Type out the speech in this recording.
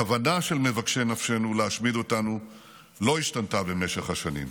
הכוונה של מבקשי נפשנו להשמיד אותנו לא השתנתה במשך השנים.